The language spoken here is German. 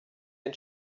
den